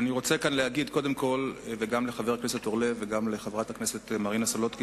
אני רוצה להגיד גם לחבר הכנסת אורלב וגם לחברת הכנסת מרינה סולודקין,